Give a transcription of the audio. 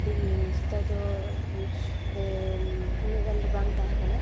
ᱟᱹᱰᱤ ᱥᱮᱫᱟᱭᱫᱚ ᱩᱱᱟᱹᱜ ᱜᱟᱱᱫᱚ ᱵᱟᱝ ᱛᱟᱦᱮᱸᱠᱟᱱᱟ